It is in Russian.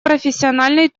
профессиональный